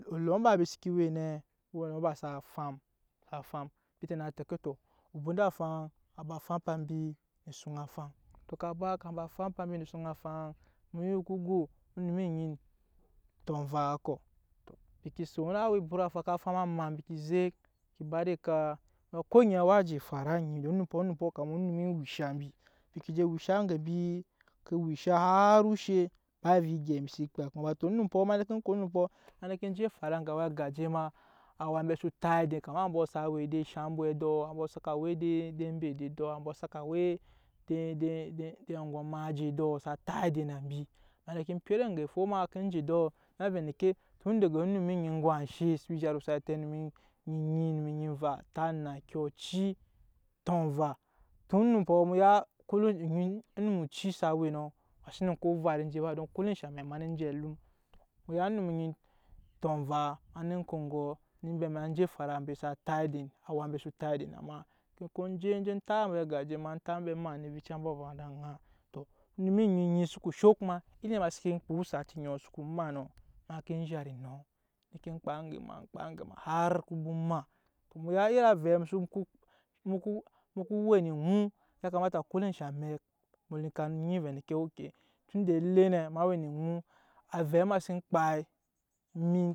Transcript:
kete na tɛke tɔ obunda afaŋ a ba fampa mbi esuŋ afaŋ tɔ ka ba ka ma fampa mbi ne suŋ afaŋ mu nyi oko go onum onyi tɔnvaa kɔ embi ke son awa efam ka suŋ a maa mbi ke zek ke ba ed'eka ko oŋɛɛ waa je efara nyi ni onumpɔ kama onum ewusha mbi mbi ke je wusha aŋge mbi ke wusha har oshe ba ovɛ egyɛi mbi se kpa kuma tɔ onumpɔ onumpɔ ma neke ko onumpɔ ma je efara eŋge agaje ma awa mbe sa ta edet kama ambɔ sa we eshambwɛ edɔ ambɔ saka we ede bedde edɔ ambɔ saka we ede anwang maje edɔ sa tat edet na mbi ma neke pyet eŋga efo ma ne je edɔ na vɛ endeke tun daga onum onyi egba enshɛ so zhat osati onum onyi emva entat enna kyɔ enci tɔnva tun onumpɔ mu ya kullum onum oci sa we nɔ ma xsene ko ovat enje ba don ko enshɛ mɛk ma neen je alum mu ya onum onyi tɔnvaa ema neen ko ogɔ ne gbema je efara ambe sa tat edet awa mbe sa tat edet na ma ke ko je tap ambe gaje ma entap mbe maa ne vica ba eba ma ede aŋa tɔ onum onyi nyi saka sho kuma yanda ma seke kpa osati ogɔ no ko maa nɔ ma ke zhat enɔ ma ke kpa ge ma kpa ge ma har bo maa mu ya iri avɛɛ mu soko we ne eŋu yakamata ko enshɛ amek mu li ka nyi vɛɛ endeke okay tunda ele nɛ ma we ne eŋu avɛ ma sen kpa.